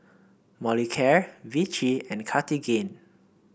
Molicare Vichy and Cartigain